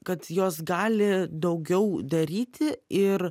kad jos gali daugiau daryti ir